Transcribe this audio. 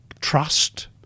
trust